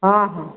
ହଁ ହଁ